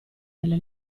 della